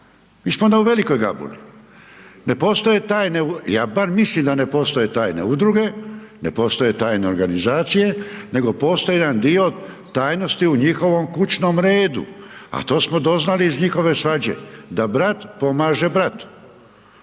Mi smo onda u velikoj gabuli. Ne postoje tajne, ja bar mislim da ne postoje tajne udruge, ne postoje tajne organizacije, nego postoji jedan dio tajnosti u njihovom kućnom redu, a to smo doznali iz njihove svađe, da brat pomaže bratu.